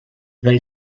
they